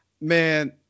man